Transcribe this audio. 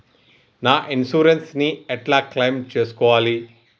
నా ఇన్సూరెన్స్ ని ఎట్ల క్లెయిమ్ చేస్కోవాలి?